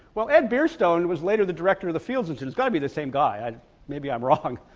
well ed bierstone was later the director of the fields, which is gotta be the same guy maybe i'm wrong,